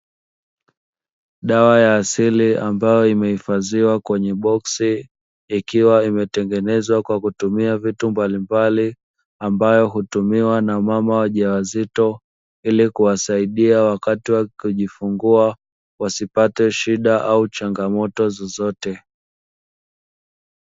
Dawa ya asili ambayo imehifadhiwa kwenye boksi ikiwa imetengenezwa kwa kutumia vitu mbalimbali, ambayo hutumiwa na mama wajawazito ili kuwasaidia wakati wa kujifungua wasipate shida au changamoto zozote.